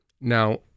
Now